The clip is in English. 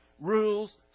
rules